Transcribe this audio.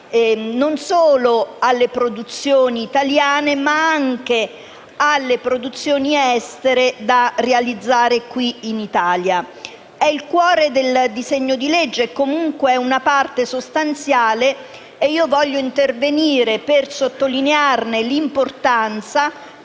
non solo alle produzioni italiane, ma anche alle produzioni estere da realizzare qui in Italia. È il cuore del disegno di legge o comunque ne è una parte sostanziale e voglio intervenire per sottolinearne l’importanza